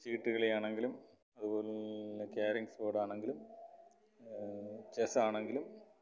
ചീട്ടു കളി ആണെങ്കിലും അതുപോലെ ക്യാരംസ് ബോഡ് ആണെങ്കിലും ചെസ്സ് ആണെങ്കിലും